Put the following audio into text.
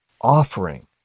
offering